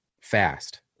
fast